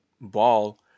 ball